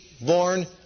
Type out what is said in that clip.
born